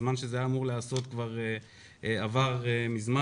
הזמן שזה היה אמור להיעשות כבר עבר מזמן.